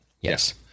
Yes